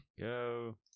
Go